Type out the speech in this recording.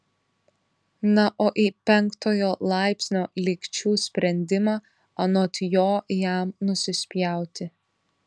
na o į penktojo laipsnio lygčių sprendimą anot jo jam nusispjauti